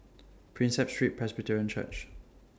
Prinsep Street Presbyterian Church